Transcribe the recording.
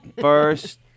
first